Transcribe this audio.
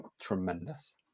tremendous